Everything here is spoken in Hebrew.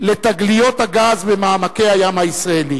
לתגליות הגז במעמקי הים הישראלי,